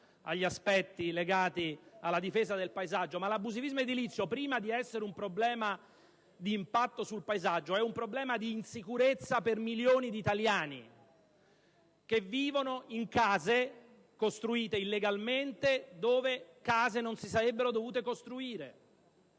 agli aspetti legati alla difesa del paesaggio, ma l'abusivismo edilizio, prima di essere un problema di impatto sul paesaggio, è un problema di insicurezza per milioni di italiani che vivono in case costruite illegalmente dove case non si sarebbero dovute costruire.